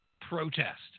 protest